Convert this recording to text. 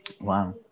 Wow